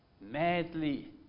madly